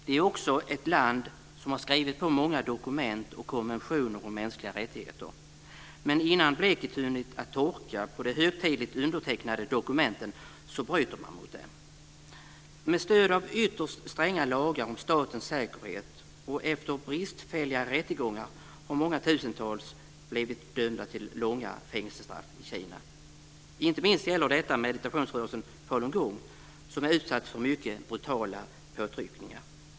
Det är också ett land som har skrivit på många dokument och konventioner om mänskliga rättigheter. Men innan bläcket hunnit torka på de högtidligt undertecknade dokumenten bryter man mot dem. Med stöd av ytterst stränga lagar om statens säkerhet och efter bristfälliga rättegångar har många tusental blivit dömda till långa fängelsestraff i Kina. Inte minst gäller detta meditationsrörelsen falungong, som är utsatt för mycket brutala påtryckningar.